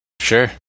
Sure